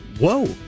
whoa